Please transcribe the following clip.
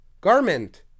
Garment